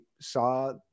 saw